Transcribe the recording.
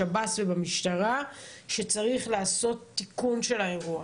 בשב"ס ובמשטרה שצריך לעשות תיקון של האירוע.